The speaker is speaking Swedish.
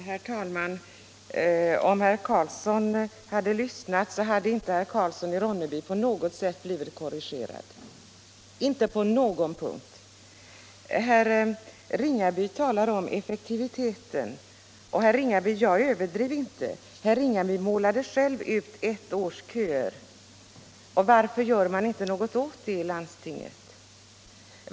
Herr talman! Om herr Carlsson i Vikmanshyttan hade lyssnat litet bättre, hade han märkt att herr Karlsson i Ronneby inte på någon punkt har blivit korrigerad. Herr Ringaby talade om effektiviteten. Jag överdrev inte i det avseendet. Herr Ringaby målade ju själv ut bilden av årslånga köer. Varför gör man inte något åt detta i landstinget?